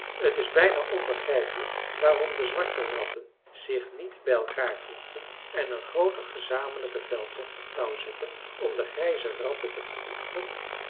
t is bijna onbegrijpelijk waarom de zwarte ratten zich niet bij elkaar voegden en een grooten gezamenlijken veldtocht op touw zetten om de grijze ratten te vernietigen